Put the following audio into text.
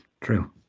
True